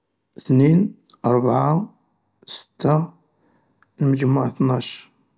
،اثنين، ربعة، ستة المجموع ثناش.